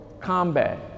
combat